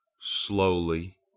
Slowly